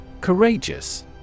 Courageous